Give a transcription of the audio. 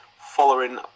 following